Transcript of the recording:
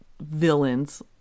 villains